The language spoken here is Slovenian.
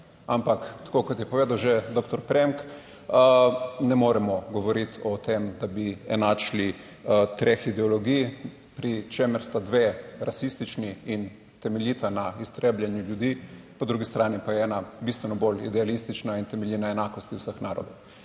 ampak tako, kot je povedal že doktor Premk, ne moremo govoriti o tem, da bi enačili treh ideologij, pri čemer sta dve rasistični in temeljita na iztrebljanju ljudi, po drugi strani pa je ena bistveno bolj idealistična in temelji na enakosti vseh narodov.